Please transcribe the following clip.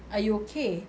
are you okay